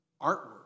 artwork